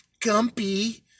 Gumpy